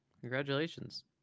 Congratulations